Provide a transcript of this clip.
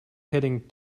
heading